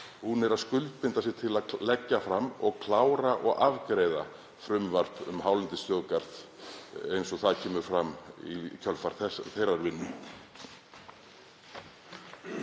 búnir að skuldbinda sig til að leggja fram, klára og afgreiða frumvarp um hálendisþjóðgarð eins og það kemur fram í kjölfar þeirrar vinnu?